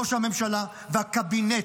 ראש הממשלה והקבינט,